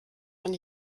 von